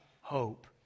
hope